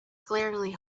glaringly